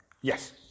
Yes